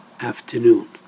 afternoon